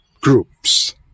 groups